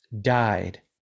died